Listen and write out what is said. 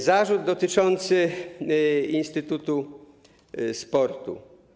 Zarzut dotyczący Instytutu Sportu.